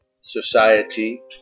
society